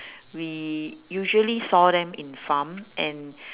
we usually saw them in farm and